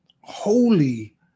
holy